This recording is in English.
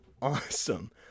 Awesome